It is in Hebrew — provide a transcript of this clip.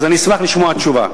אז אני אשמח לשמוע תשובה.